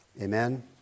Amen